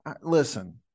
listen